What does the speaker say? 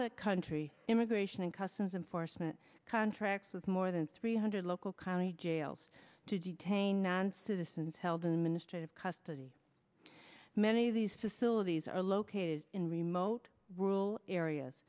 the country immigration and customs enforcement contracts with more than three hundred local county jails to detain non citizens while the ministry of custody many of these facilities are located in remote rural areas